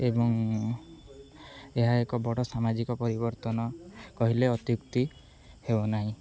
ଏବଂ ଏହା ଏକ ବଡ଼ ସାମାଜିକ ପରିବର୍ତ୍ତନ କହିଲେ ଅତ୍ୟୁକ୍ତି ହେବନାହିଁ